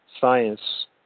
science